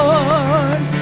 Lord